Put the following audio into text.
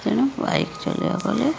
ତେଣୁ ବାଇକ୍ ଚଲାଇବାକୁ ହେଲେ